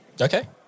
Okay